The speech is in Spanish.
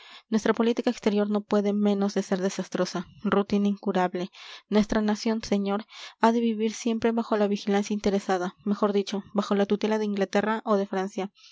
nuestra política exterior no puede menos de ser desastrosa rutina incurable nuestra nación señor ha de vivir siempre bajo la vigilancia interesada mejor dicho bajo la tutela de inglaterra o de francia